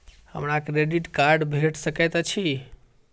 हमरा credit card भेट सकैत अछि?